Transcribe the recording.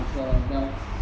我的 wealth